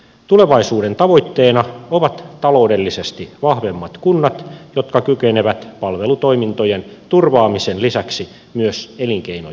tulevaisuuden tavoitteena ovat taloudellisesti vahvemmat kunnat jotka kykenevät palvelutoimintojen turvaamisen lisäksi myös elinkeinojen kehittämistoimintaan